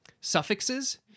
suffixes